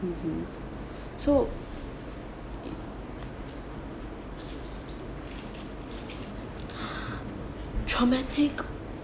mmhmm so traumatic